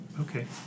okay